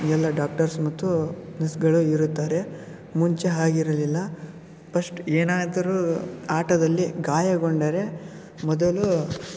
ಎಲ್ಲ ಡಾಕ್ಟರ್ಸ್ ಮತ್ತು ನರ್ಸ್ಗಳು ಇರುತ್ತಾರೆ ಮುಂಚೆ ಹಾಗಿರಲಿಲ್ಲ ಪಸ್ಟ್ ಏನಾದರೂ ಆಟದಲ್ಲಿ ಗಾಯಗೊಂಡರೆ ಮೊದಲು